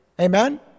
Amen